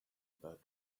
about